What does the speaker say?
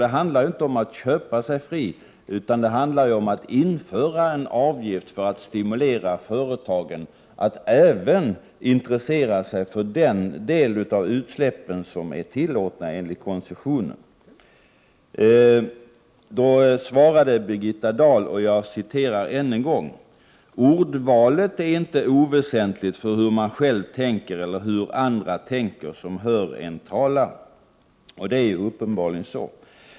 Det handlar inte om att köpa sig fri, utan det handlar om att införa en avgift för att stimulera företagen att även intressera sig för den del av utsläppen som är tillåten enligt koncessionen. Då svarade Birgitta Dahl: ”Ordvalet är inte oväsentligt för hur man själv tänker eller hur andra tänker som hör en tala.” Och det är uppenbarligen så.